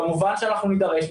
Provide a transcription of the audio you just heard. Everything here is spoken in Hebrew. כמובן שאנחנו נידרש,